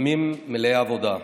ימים מלאי עבודה.